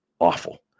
awful